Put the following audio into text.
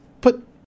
put